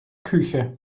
küche